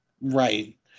Right